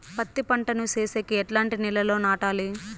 పత్తి పంట ను సేసేకి ఎట్లాంటి నేలలో నాటాలి?